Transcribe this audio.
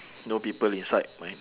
no people inside mine